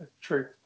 true